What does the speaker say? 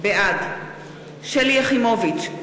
בעד שלי יחימוביץ,